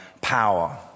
power